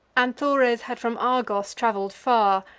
anthores had from argos travel'd far,